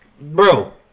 Bro